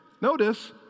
Notice